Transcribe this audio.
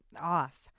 off